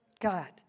God